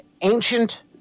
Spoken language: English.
ancient